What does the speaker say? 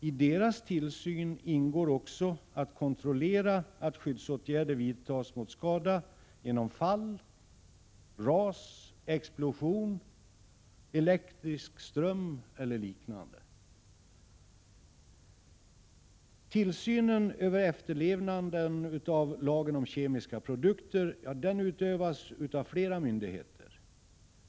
I deras tillsyn ingår också att kontrollera att skyddsåtgärder vitas mot skada genom fall, ras, explosion, elektrisk ström eller liknande. Tillsynen över efterlevnaden av lagen om kemiska produkter utövas av flera myndigheter.